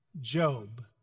Job